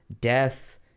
death